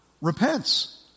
repents